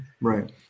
Right